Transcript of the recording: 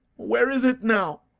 where is it now?